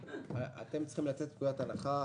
אתם צריכים לצאת מנקודת הנחה,